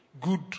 Good